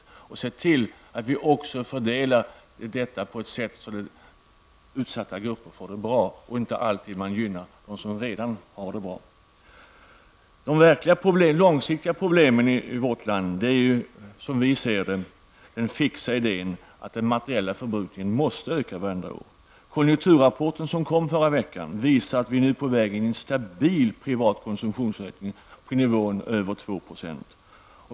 Vi måste också se till att vi fördelar detta så att utsatta grupper får det bättre. Man behöver inte alltid gynna dem som redan har det bra. Det verkliga långsiktiga problemet i vårt land är ju, som vi ser det, den fixa idén att den materiella förbrukningen måste öka vartenda år. Konjunkturrapporten som kom förra veckan visar att vi nu är på väg in i en stabil privat konsumtionsökning på över 2 %.